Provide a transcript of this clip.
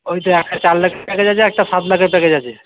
ওই তো একটা চার লাখের প্যাকেজ আছে একটা সাত লাখের প্যাকেজ আছে